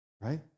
Right